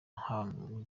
haba